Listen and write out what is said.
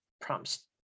prompts